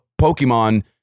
Pokemon